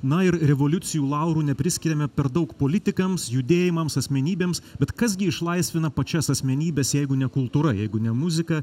na ir revoliucijų laurų nepriskiriame per daug politikams judėjimams asmenybėms bet kas gi išlaisvina pačias asmenybes jeigu ne kultūra jeigu ne muzika